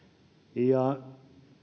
ja